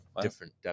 different